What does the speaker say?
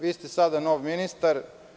Vi ste sada novi ministar.